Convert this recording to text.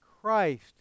Christ